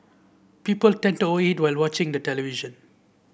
people tend to over eat while watching the television